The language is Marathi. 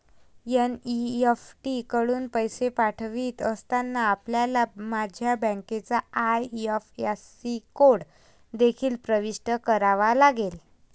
एन.ई.एफ.टी कडून पैसे पाठवित असताना, आपल्याला माझ्या बँकेचा आई.एफ.एस.सी कोड देखील प्रविष्ट करावा लागेल